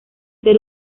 ser